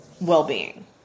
well-being